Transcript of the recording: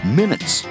minutes